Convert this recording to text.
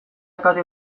kate